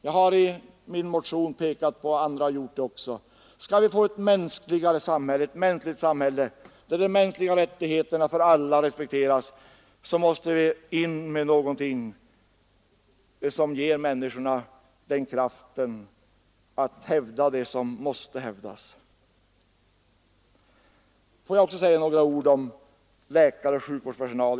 Jag har i min motion pekat på — och det har andra gjort också — att skall vi få ett mänskligare samhälle, där de mänskliga rättigheterna för alla respekteras, måste vi sätta in något medel som ger människorna kraften att hävda det som måste hävdas. Får jag också säga några ord om läkare och sjukvårdspersonal.